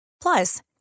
Plus